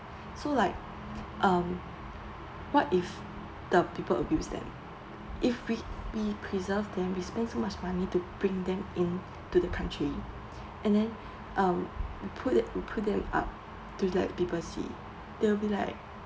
so like um what if the people abuse them if we we preserve them we spend so much money to bring them in to the country and then um put th~ we put them up to let people see they will be like